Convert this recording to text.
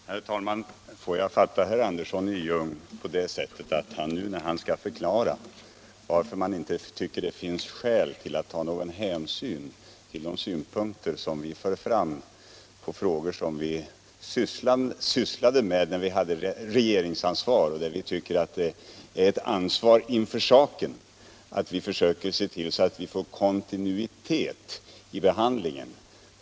Herr talman! Jag undrar hur man skall uppfatta herr Anderssons i Ljung resonemang när det gäller att förklara varför man inte tycker att det finns skäl att ta någon hänsyn till de synpunkter som vi för fram på frågor, som vi tidigare handlagt under regeringsansvar. Vi tycker att vi har ett ansvar rent sakligt för att försöka se till att det blir en kontinuitet i behandlingen.